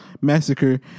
Massacre